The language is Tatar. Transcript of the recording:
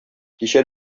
кичә